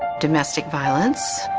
domestic violence,